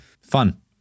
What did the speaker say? Fun